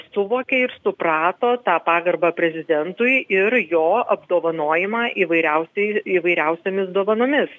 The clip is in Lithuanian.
suvokė ir suprato tą pagarbą prezidentui ir jo apdovanojimą įvairiausiai įvairiausiomis dovanomis